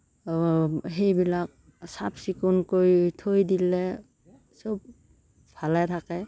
সেইবিলাক চাফ চিকুণ কৰি থৈ দিলে চব ভালেই থাকে